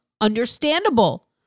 understandable